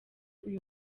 uyu